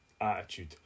attitude